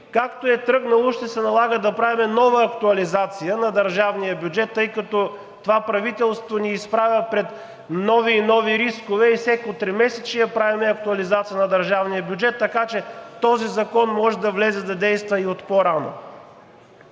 както е тръгнало, ще се налага да правим нова актуализация на държавния бюджет, тъй като това правителство ни изправя пред нови и нови рискове и всяко тримесечие правим актуализация на държавния бюджет, така че този закон може да влезе да действа и от по-рано.